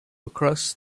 across